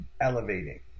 elevating